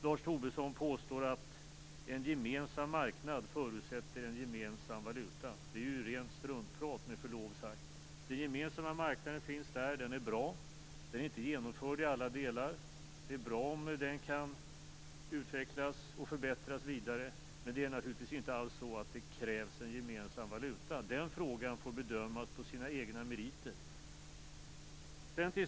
Lars Tobisson påstår att en gemensam marknad förutsätter en gemensam valuta. Med förlov sagt - det är rent struntprat! Den gemensamma marknaden finns där, och det är bra. Den är inte genomförd i alla delar. Det är bra om den kan utvecklas och förbättras vidare. Men det krävs naturligtvis inte någon gemensam valuta. Den frågan får bedömas på sina egna meriter.